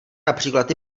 například